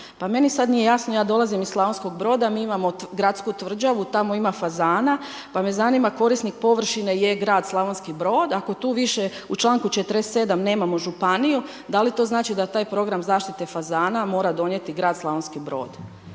meni sad nije jasno, ja dolazim iz Slavonskog Broda, mi imamo Gradsku tvrđavu, tamo ima fazana, pa me zanima korisnik površine je grad Slavonski Brod , ako tu više u članku 47. ne mamo županiju, da li to znači da taj program zaštite fazana mora donijeti grad Slavonski Brod?